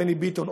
בני ביטון,